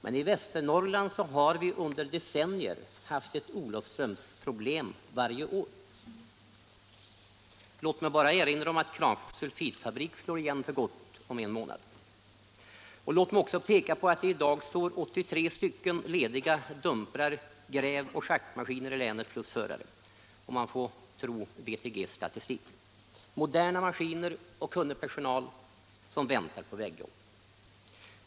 Men i Västernorrland har vi under decennier haft ett Olofströmsproblem varje år. Låt mig bara erinra om att Kramfors sulfitfabrik slår igen för gott om en månad. Låt mig också peka på att i dag 83 dumprar, grävoch schaktmaskiner plus förare står lediga i länet, om man får tro statistiken från Västernorrlands Traktor & Grävmaskinsförening. Moderna maskiner och kunnig personal väntar på vägjobb.